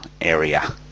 area